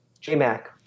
J-Mac